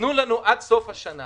תנו לנו עד סוף השנה